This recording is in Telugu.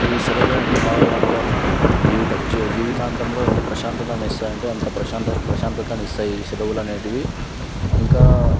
ఈ సెలవులను ఎంత బాగా వాడుకోవాలంటే మన జీవిత జీవితాంతంలో ఎంత ప్రశాంతతని ఇస్తాయంటే అంత ప్రశాంతతనిస్తాయి ఈ సెలవులు అనేటివి ఇంకా